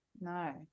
no